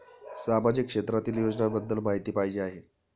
सामाजिक क्षेत्रातील योजनाबद्दल माहिती पाहिजे आहे?